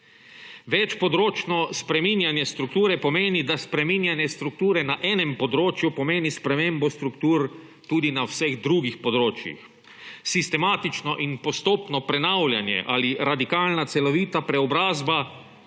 Večpodročno spreminjanje strukture pomeni, da spreminjanje strukture na enem področju pomeni spremembo struktur tudi na vseh drugih področjih. Sistematično in postopno prenavljanje ali radikalna celovita preobrazba